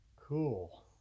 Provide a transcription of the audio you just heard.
Cool